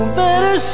better